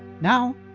Now